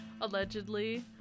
allegedly